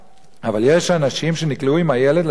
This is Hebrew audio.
אבל יש אנשים שנקלעו עם הילד לשטיח